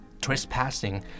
trespassing